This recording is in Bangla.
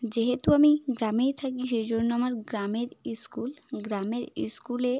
যেহেতু আমি গ্রামেই থাকি সেই জন্য আমার গ্রামের স্কুল গ্রামের স্কুলে